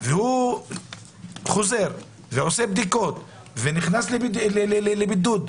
והוא חוזר ועושה בדיקות ונכנס לבידוד,